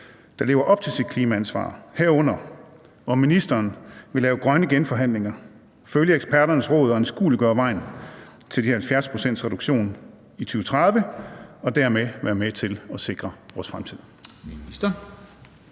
der lever op til sit klimaansvar, herunder om ministeren vil lave grønne genforhandlinger, følge eksperternes råd og anskueliggøre vejen til 70-procentsreduktionen i 2030 og dermed være med til at sikre vores fremtid?